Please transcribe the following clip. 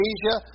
Asia